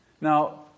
Now